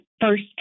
first